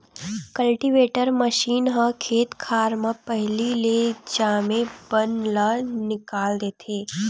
cultivator machine ह खेत खार म पहिली ले जामे बन ल निकाल देथे